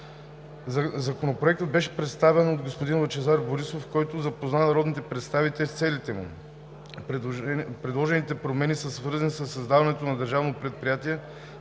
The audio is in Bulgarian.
Законопроектът беше представен от господин Лъчезар Борисов, който запозна народните представители с целите му. Предложените промени са свързани със създаването на Държавно предприятие